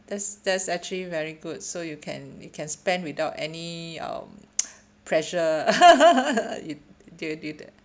hat's that's actually very good so you can you can spend without any um pressure you do you do that